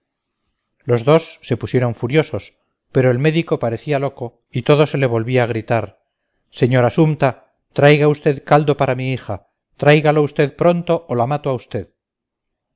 los dos se pusieron furiosos pero el médico parecía loco y todo se le volvía gritar señora sumta traiga usted caldo para mi hija tráigalo usted pronto o la mato a usted